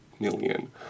Million